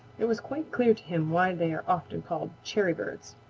it was quite clear to him why they are often called cherrybirds.